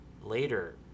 later